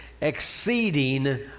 exceeding